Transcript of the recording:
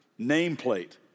nameplate